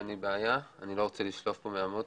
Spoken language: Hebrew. אני לא רוצה לשלוף מהמותן.